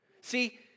See